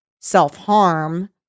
self-harm